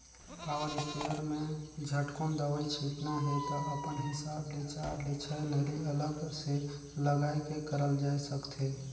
power sprayer में झटकुन दवई छिटना हे त अपन हिसाब ले चार ले छै नली अलग से लगाये के करल जाए सकथे